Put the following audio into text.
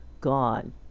God